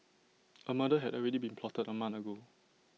A murder had already been plotted A month ago